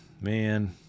man